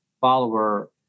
follower